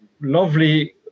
lovely